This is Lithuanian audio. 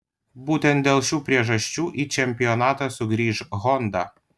būtent dėl šių priežasčių į čempionatą sugrįš honda